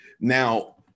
Now